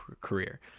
career